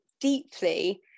deeply